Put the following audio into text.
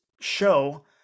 show